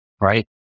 Right